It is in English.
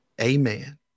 Amen